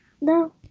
No